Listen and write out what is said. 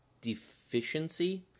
deficiency